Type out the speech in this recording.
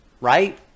right